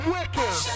Wicked